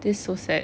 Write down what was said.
this so sad